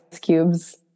cubes